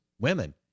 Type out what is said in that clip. women